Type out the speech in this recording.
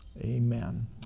amen